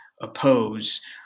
oppose